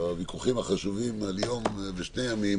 בוויכוחים החשובים על יום ושני ימים